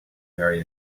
very